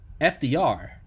FDR